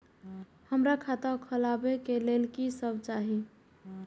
हमरा खाता खोलावे के लेल की सब चाही?